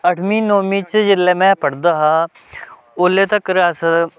अठमीं नौमीं च जेल्लै में पढ़दा हा ओल्लै तक्कर अस